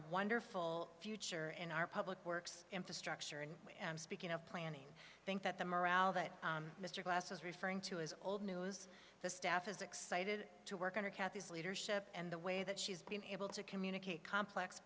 wonderful future in our public works infrastructure and i'm speaking of planning think that the morale that mr glass is referring to is old news the staff is excited to work under kathy's leadership and the way that she's been able to communicate complex